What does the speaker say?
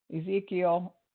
Ezekiel